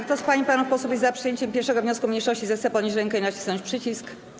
Kto z pań i panów posłów jest za przyjęciem 1. wniosku mniejszości, zechce podnieść rękę i nacisnąć przycisk.